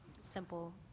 simple